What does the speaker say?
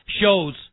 shows